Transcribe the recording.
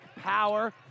power